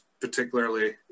particularly